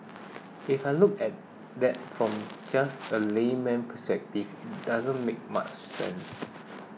if I look at that from just a layman's perspective it doesn't make much sense